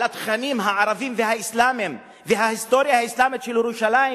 על התכנים הערביים והאסלאמיים וההיסטוריה האסלאמית של ירושלים,